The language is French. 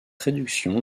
réduction